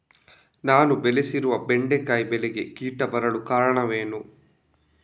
ನಾನು ಬೆಳೆಸಿರುವ ಬೆಂಡೆಕಾಯಿ ಬೆಳೆಗೆ ಕೀಟ ಬರಲು ಕಾರಣವೇನು?